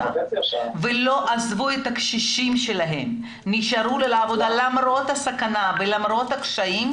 ולא עזבו את הקשישים שלהם אלא נשארו לעבוד למרות הסכנה ולמרות הקשיים,